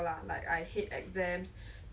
quite scary also lah I feel